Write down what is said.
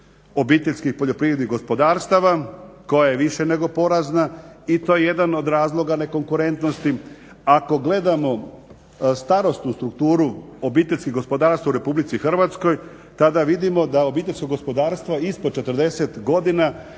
obiteljskih poljoprivrednih gospodarstava koja je više nego porazna i to je jedan od razloga nekonkurentnosti. Ako gledamo starosnu strukturu obiteljskih gospodarstava u RH tada vidimo da obiteljska gospodarstva ispod 40 godina